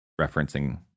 referencing